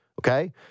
okay